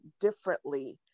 differently